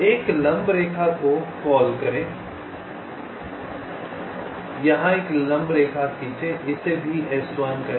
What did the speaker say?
एक लंब रेखा को कॉल करें यहां एक लंब रेखा खींचे इसे भी S1 कहें